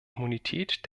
immunität